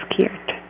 scared